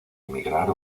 emigrar